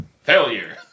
Failure